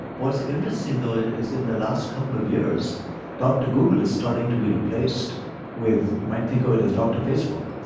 what's interesting though ah is in the last couple of years dr google is starting to be replaced with, you might think of it as dr facebook.